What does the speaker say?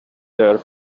there